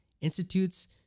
institutes